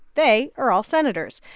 they are all senators.